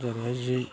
जेरैहाय जि